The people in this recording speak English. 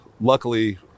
luckily